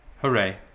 Hooray